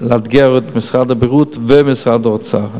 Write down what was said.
לאתגר את משרד הבריאות ומשרד האוצר,